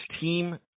team